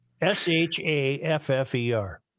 S-H-A-F-F-E-R